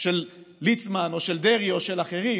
של ליצמן או של דרעי או של אחרים,